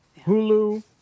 Hulu